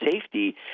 safety